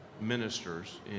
ministers